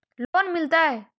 Loan मिलता?